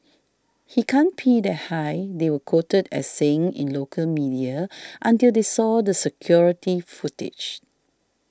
he can't pee that high they were quoted as saying in local media until they saw the security footage